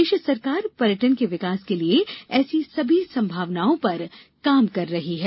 प्रदेश सरकार पर्यटन के विकास के लिये ऐसी सभी संभावनाओं पर काम कर रही है